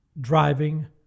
driving